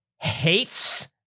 hates